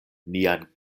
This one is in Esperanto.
nian